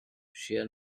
sheer